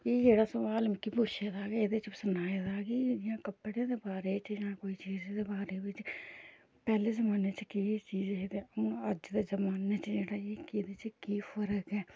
एह् जेह्ड़ा सुआल मिगी पुच्छे दा के एह्दे च सनाए दी कि इ'यां कपड़े दे बारे च जां कोई चीज़ दे बारै बिच्च पैह्ले जमान्ने च केह् चीज़ ही ते हून अज्ज दे जमान्ने च जेह्ड़ा एह्दे च केह् फर्क ऐ